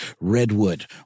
Redwood